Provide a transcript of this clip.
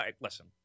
listen